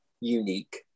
unique